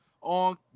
on